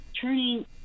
turning